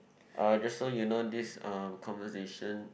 uh just saw you know this uh conversation